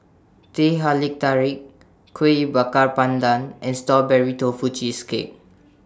Teh Halia Tarik Kuih Bakar Pandan and Strawberry Tofu Cheesecake